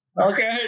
Okay